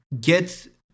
get